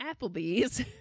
Applebee's